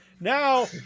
Now